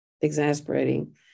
exasperating